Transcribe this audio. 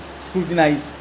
scrutinized